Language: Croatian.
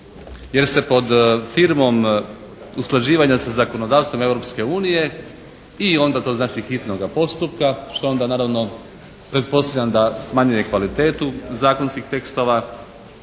jer se pod firmom usklađivanja sa zakonodavstvom Europske unije i onda to znači hitnoga postupka što onda naravno pretpostavljam da smanjuje kvalitetu zakonskih tekstova